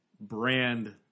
brand